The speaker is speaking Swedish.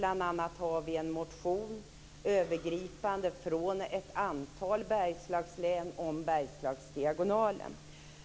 Bl.a. har vi en övergripande motion från ett antal bergslagslän om Bergslagsdiagonalen.